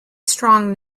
strong